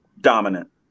dominant